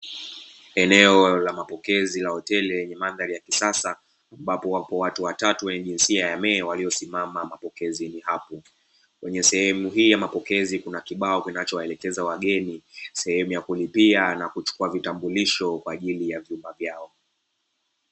Eneo la mapokezi la hoteli lenye madhari ya kisasa, ambapo wapo watu watatu wenye jinsia ya ME, waliosimama mpokezini hapo, kwenye sehemuhii ya mapokezi kuna kibao kinacho waelekeza wageni sehemu ya kulipia na kuchukua vitambuisho kwa ajili ya vyumba vyao.